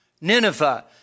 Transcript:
Nineveh